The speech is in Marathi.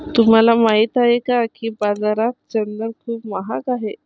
तुम्हाला माहित आहे का की बाजारात चंदन खूप महाग आहे?